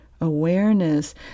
awareness